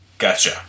Gotcha